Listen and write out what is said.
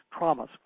traumas